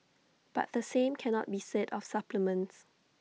but the same cannot be said of supplements